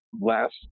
last